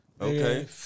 Okay